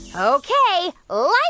ok. lights,